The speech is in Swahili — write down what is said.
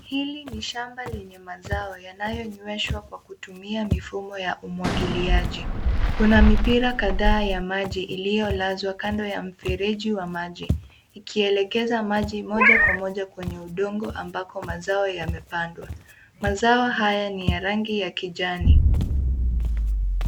Hili ni shamba lenye mazao yanayonyweshwa kwa kutumia mifumo ya umwagiliaji. Kuna mipira kadhaa ya maji iliyo lazwa kando ya mfereji wa maji, ikielekeza maji moja kwa moja kwenye udongo ambapo mazao yamepandwa. Mazao haya ni ya rangi ya kijani.